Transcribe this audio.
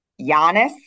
Giannis